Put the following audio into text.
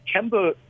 Kemba